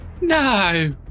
No